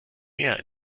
mehr